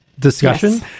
Discussion